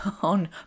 on